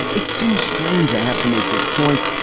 it seems strange. i have to make this point,